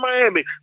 Miami